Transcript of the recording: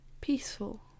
peaceful